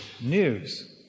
news